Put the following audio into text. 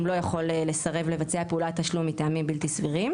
לא יכול לסרב לבצע פעולת תשלום מטעמים בלתי סבירים.